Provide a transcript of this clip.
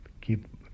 keep